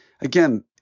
Again